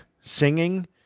singing